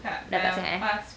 dah tak siap eh